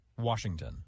Washington